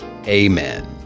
Amen